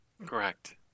Correct